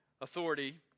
authority